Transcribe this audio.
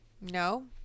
no